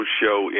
show